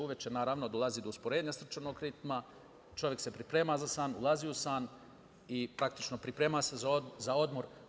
Uveče, naravno, dolazi do usporenja srčanog ritma, čovek se priprema za san, ulazi u san i praktično se priprema za odmor.